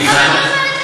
היא חתמה,